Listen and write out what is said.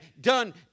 done